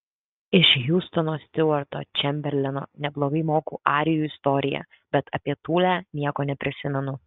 iš hiustono stiuarto čemberleno neblogai moku arijų istoriją bet apie tulę nieko neprisimenu